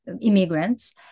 immigrants